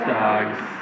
dogs